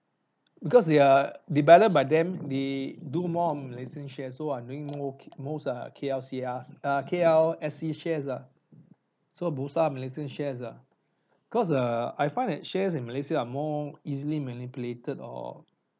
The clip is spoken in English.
because they are developed by them they do more on malaysian shares so I'm doing mo~ most are K_L_C_R uh K_L_S_E shares ah so Bursa Malaysian shares ah cause uh I find that shares in malaysia are more easily manipulated or